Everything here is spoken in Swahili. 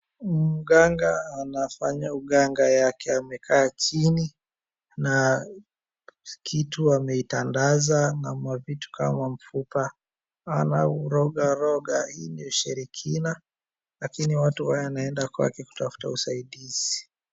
Mganga anafanya uganga yake amekaa chini na kitu ameitandaza na mavitu kama mfupa anaurogaroga. Hii ni ushirikina lakini watu huwa wanaenda kwake kutafuta usaidizi.